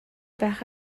байх